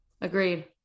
Agreed